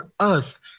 earth